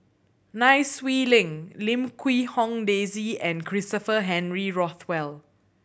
Nai Swee Leng Lim Quee Hong Daisy and Christopher Henry Rothwell